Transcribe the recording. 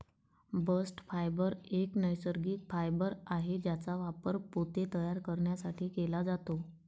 bast fibre एक नैसर्गिक fibre आहे ज्याचा वापर पोते तयार करण्यासाठी केला जातो